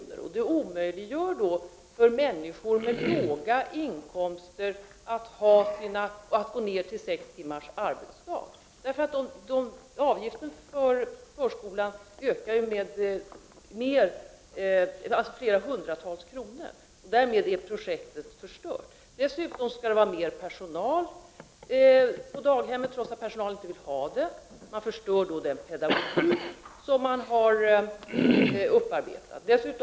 Detta gör det omöjligt för människor med låga inkomster att gå ner till sex timmars arbetsdag. Avgiften för förskolan ökar med hundratals kronor, och därmed är projektet förstört. Dessutom måste man ha mer personal på daghemmet, trots att personalen inte vill ha det. Den pedagogik som man har arbetat fram förstörs då.